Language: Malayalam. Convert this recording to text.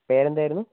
പേരെന്തായിരുന്നു